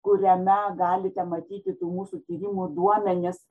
kuriame galite matyti tų mūsų tyrimų duomenis